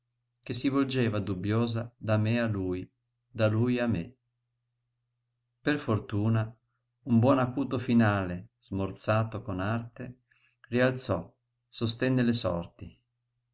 che si volgeva dubbiosa da me a lui da lui a me per fortuna un buon acuto finale smorzato con arte rialzò sostenne le sorti